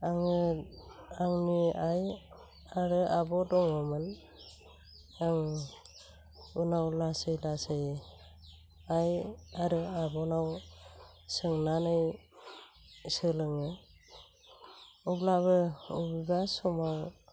आङो आंनि आइ आरो आब' दङमोन आं उनाव लासै लासै आइ आरो आब'नाव सोंनानै सोलोङो अब्लाबो अबेबा समाव